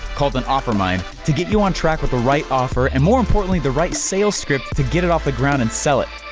called an offermind to get you on track with the right offer, and more importantly the right sales script to get it off the ground and sell it.